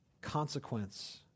consequence